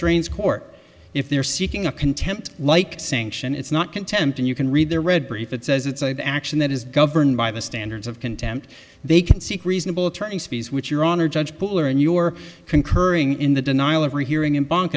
trains court if they're seeking a contempt like sanction it's not contempt and you can read their read brief it says it's an action that is governed by the standards of contempt they can seek reasonable attorneys fees with your honor judge butler and your concurring in the denial of rehearing in bank